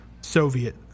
soviet